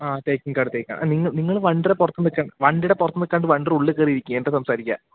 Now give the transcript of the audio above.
ആ തേക്കിൻകാട് ആ നിങ്ങൾ നിങ്ങൾ വണ്ടിയുടെ പുറത്ത് വണ്ടിയുടെ പുറത്ത് നിൽക്കാണ്ട് വണ്ടിയുടെ ഉള്ളിൽ കയറി ഇരിക്ക് എന്നിട്ടു സംസാരിക്കാം